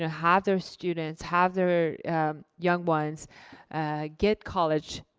you know have their students, have their young ones get college,